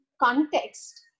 context